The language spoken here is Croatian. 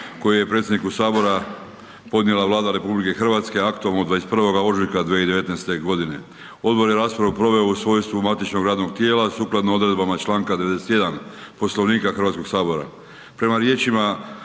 koji je predsjedniku Sabora podnijela Vlada RH aktom od 21. ožujka 2019. godine. Odbor je raspravu proveo u svojstvu matičnog radnog tijela sukladno odredbama čl. 91. Poslovnika HS-a. Prema riječima